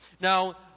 Now